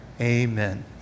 amen